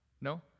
No